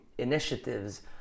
initiatives